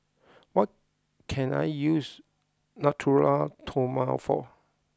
what can I use Natura Stoma for